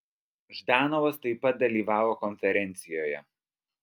ždanovas taip pat dalyvavo konferencijoje